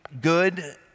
good